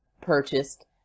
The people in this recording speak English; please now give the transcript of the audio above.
purchased